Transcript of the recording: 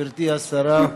גברתי השרה,